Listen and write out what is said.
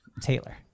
Taylor